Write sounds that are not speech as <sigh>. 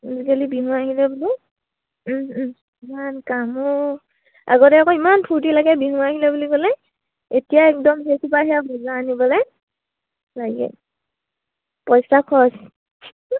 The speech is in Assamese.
আজিকালি বিহু আহিলে ইমান কাম ঔ আগতে আকৌ ইমান ফূৰ্তি লাগে বিহু আহিলে বুলি ক'লে এতিয়া একদম <unintelligible>